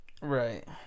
Right